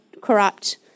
corrupt